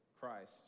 Christ